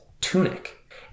tunic